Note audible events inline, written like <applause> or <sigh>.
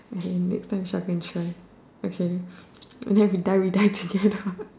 in next time shall go and try okay then we die we die together <laughs>